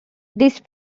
these